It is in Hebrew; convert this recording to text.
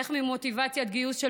איך ממוטיבציית גיוס של